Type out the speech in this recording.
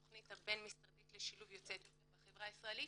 התכנית הבין-משרדית לשילוב יוצאי אתיופיה בחברה הישראלית.